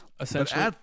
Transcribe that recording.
Essentially